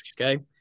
Okay